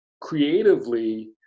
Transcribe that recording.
creatively